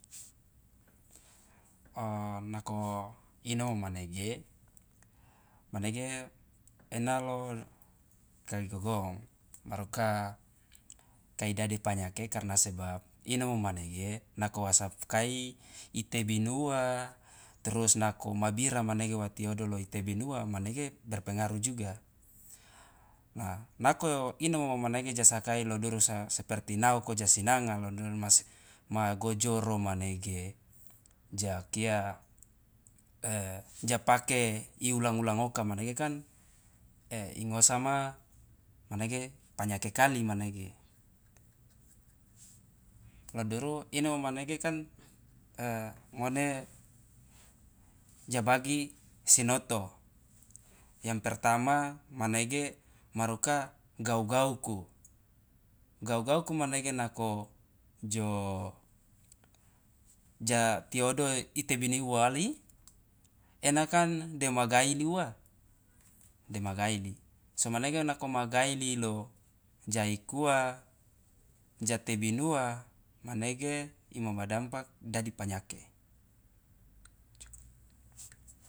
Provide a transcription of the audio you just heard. O nako inomo manege manege ena lo kai gogong maruka kai dadi panyake sebab inomo manege nako wasakai itebunuwa trus nako ma bira manege wa tiodo lo itebinuwa manege berpengaru juga a nako inomo manege ja saki lo duru seperti naoko ja sinanga lo duru ma gojoro manege ja kia ja pake iulang ulang oka manege kan ingosama manege panyake kali manege lo duru inomo manege kan e ngone ja bagi sinoto yang pertama manege maruka gau- gauku gau- gauku manege nako jo ja tiodo itebini uwali ena kan dema gailiuwa dema gaili so manege nako ma gaili lo ja aikuwa ja tebinuwa manege imama dampak dadi panyake.